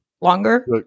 longer